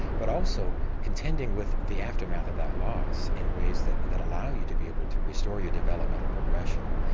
but also contending with the aftermath of that loss in ways that that allow you to be able to restore your developmental progression.